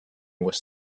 was